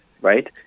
right